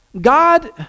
God